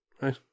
right